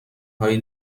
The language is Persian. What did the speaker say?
هایی